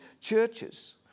churches